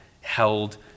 held